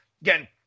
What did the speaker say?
Again